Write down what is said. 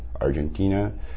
Argentina